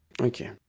Okay